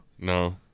No